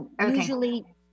Usually